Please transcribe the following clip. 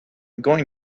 going